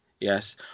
yes